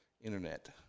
internet